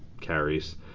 carries